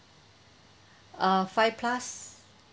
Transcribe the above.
uh five plus